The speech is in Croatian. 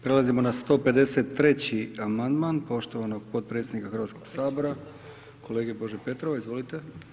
Prelazimo na 153. amandman poštovanog potpredsjednika Hrvatskog sabora kolege Bože Petrova, izvolite.